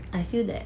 I feel that